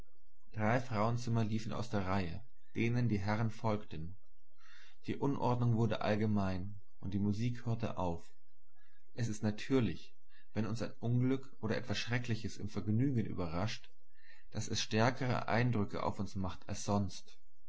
drei frauenzimmer liefen aus der reihe denen ihre herren folgten die unordnung wurde allgemein und die musik hörte auf es ist natürlich wenn uns ein unglück oder etwas schreckliches im vergnügen überrascht daß es stärkere eindrücke auf uns macht als sonst